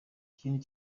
ikindi